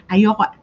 Ayoko